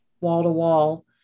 wall-to-wall